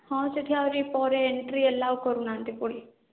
ହଁ ସେଇଠି ଆହୁରି ପରେ ଏଣ୍ଟ୍ରି ଆଲାଉ କରୁନାହାନ୍ତି ପୁଣି